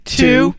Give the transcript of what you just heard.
two